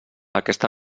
aquesta